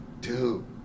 dude